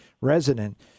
resident